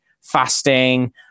fasting